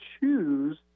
choose